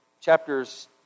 chapter's